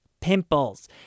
Pimples